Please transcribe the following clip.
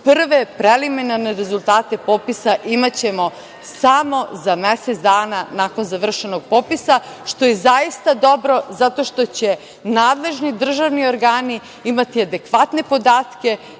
prve preliminarne rezultate popisa imaćemo samo za mesec dana nakon završenog popisa, što je zaista dobro zato što će nadležni državni organi imati adekvatne podatke